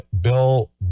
Bill